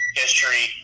history